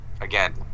again